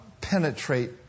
penetrate